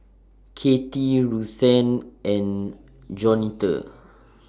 Katie Ruthanne and Jaunita